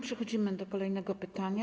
Przechodzimy do kolejnego pytania.